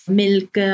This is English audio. milk